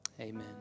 amen